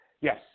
Yes